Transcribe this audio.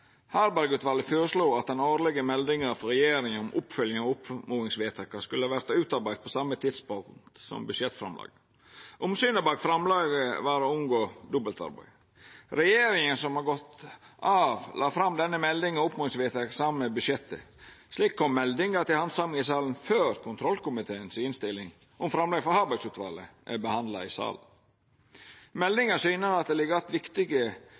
Harberg-utvalet føreslo at den årlege meldinga frå regjeringa om oppfølging av oppmodingsvedtaka skulle verta utarbeidd på same tidspunkt som budsjettframlegget. Omsynet var å unngå dobbeltarbeid. Regjeringa som har gått av, la fram denne meldinga om oppmodingsvedtak saman med budsjettet. Slik kom meldinga til handsaming i stortingssalen før kontrollkomiteens innstilling om framlegg frå Harberg-utvalet vart handsama i stortingssalen. Meldinga syner at det ligg att viktige